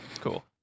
Cool